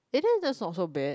eh then that's not so bad